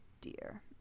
dear